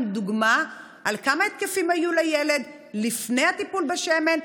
דוגמה על כמה התקפים היו לילד לפני הטיפול בשמן,